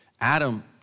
Adam